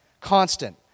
constant